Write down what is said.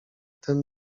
ten